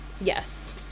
Yes